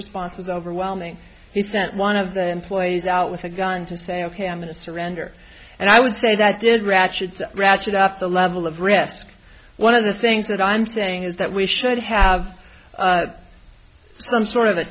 response was overwhelming he sent one of their employees out with a gun to say ok i'm going to surrender and i would say that did ratchet ratchet up the level of risk one of the things that i'm saying is that we should have some sort of a